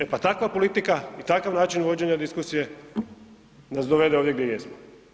E pa takva politika i takav način vođenja diskusije nas dovede ovdje gdje jesmo.